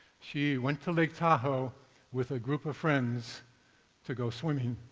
she went to lake tahoe with a group of friends to go swimming.